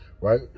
right